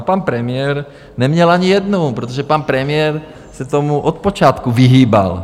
A pan premiér neměl ani jednou, protože pan premiér se tomu od počátku vyhýbal.